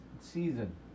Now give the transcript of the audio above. season